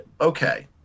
okay